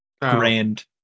grand